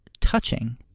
touching